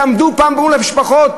תעמדו פעם מול המשפחות,